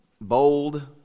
bold